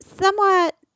somewhat